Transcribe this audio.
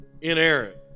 inerrant